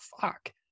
fuck